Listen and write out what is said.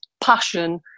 passion